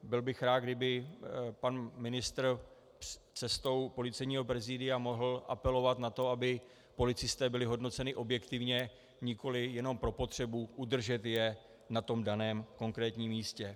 Byl bych rád, kdyby pan ministr cestou Policejního prezídia mohl apelovat na to, aby policisté byli hodnoceni objektivně, nikoli jenom pro potřebu udržet je na daném konkrétním místě.